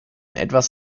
etwas